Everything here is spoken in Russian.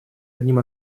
одним